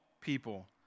people